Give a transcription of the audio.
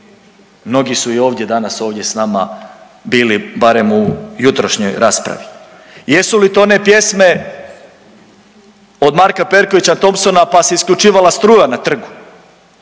Mnogi su i ovdje danas ovdje s nama bili barem u jutrošnjoj raspravi. Jesu li to one pjesme od Marka Perkovića Thompsona pa se isključivala struja na trgu?